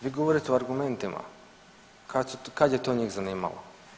Vi govorite o argumentima, kad je to njih zanimalo.